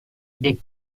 des